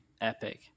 epic